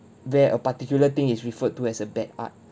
where a particular thing is referred to as a bad art